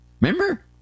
Remember